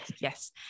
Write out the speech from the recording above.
Yes